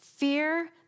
Fear